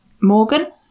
Morgan